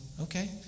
okay